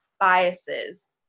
biases